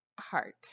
Heart